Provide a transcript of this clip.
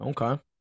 Okay